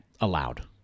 allowed